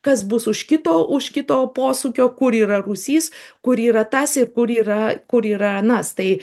kas bus už kito už kito posūkio kur yra rūsys kur yra tas ir kur yra kur yra anas tai